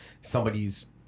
somebody's